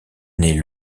naît